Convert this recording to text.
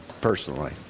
personally